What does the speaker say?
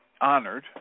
honored